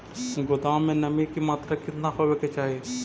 गोदाम मे नमी की मात्रा कितना होबे के चाही?